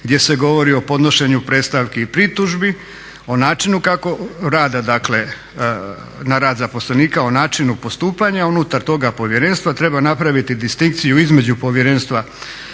gdje se govori o podnošenju predstavki i pritužbi, o načinu rada, na rad zaposlenika, o načinu postupanja unutar toga povjerenstva treba napraviti distinkciju između povjerenstva